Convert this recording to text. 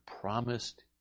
promised